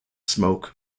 smoke